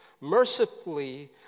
mercifully